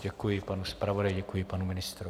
Děkuji panu zpravodaji, děkuji panu ministrovi.